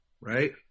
right